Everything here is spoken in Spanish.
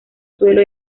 suelo